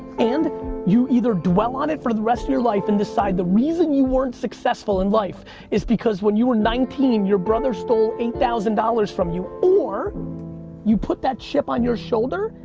and you either dwell on it for the rest of your life, and decide the reason you weren't successful in life is because when you were nineteen, your brother stole eight thousand dollars from you, or you put that chip on your shoulder,